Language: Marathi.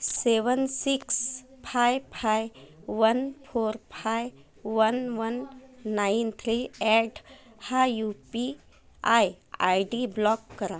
seven six five five one four five one one nine three at हा U P I I D block करा